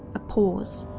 a pause,